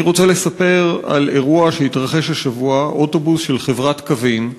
אני רוצה לספר על אירוע שהתרחש השבוע: אוטובוס של חברת "קווים"